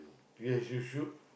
yes you should